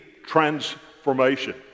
transformation